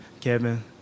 Kevin